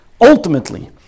Ultimately